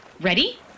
Ready